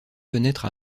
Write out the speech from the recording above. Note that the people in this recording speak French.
fenêtres